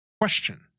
question